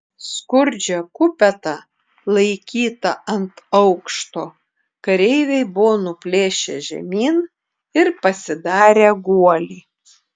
skurdžią kupetą laikytą ant aukšto kareiviai buvo nuplėšę žemyn ir pasidarę guolį